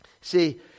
See